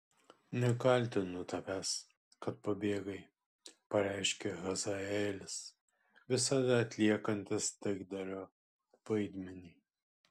nekaltinu tavęs kad pabėgai pareiškė hazaelis visada atliekantis taikdario vaidmenį